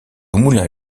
moulin